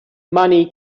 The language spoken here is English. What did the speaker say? money